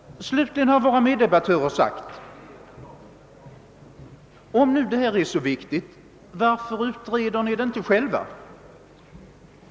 Slutligen har våra meddebattörer sagt: »Om det här är så viktigt, varför utreder ni det inte själva?